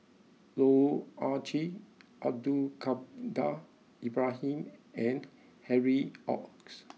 Loh Ah Chee Abdul Kadir Ibrahim and Harry Ord